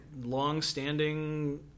long-standing